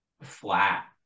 Flat